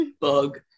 bug